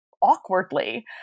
awkwardly